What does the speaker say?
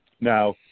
Now